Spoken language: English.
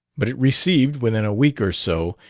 but it received, within a week or so,